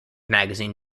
magazine